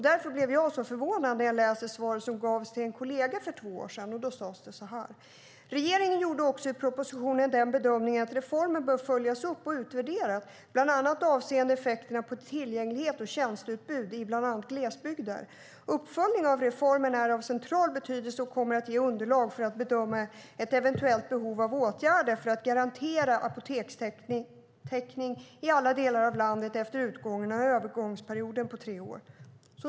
Därför blev jag så förvånad när jag läste det svar som gavs till en kollega för två år sedan. Där sades: "Regeringen gjorde också i propositionen den bedömningen att reformen bör följas upp och utvärderas, bland annat avseende effekter på tillgänglighet och tjänsteutbud i bland annat glesbygder. Uppföljning av reformen är av central betydelse och kommer att ge underlag för att bedöma ett eventuellt behov av åtgärder för att garantera apotekstäckningen i alla delar av landet efter utgången av övergångsperioden på tre år."